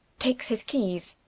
takes his keyes.